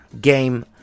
game